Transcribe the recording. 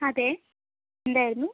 അതേ എന്തായിരുന്നു